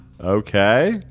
Okay